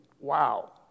Wow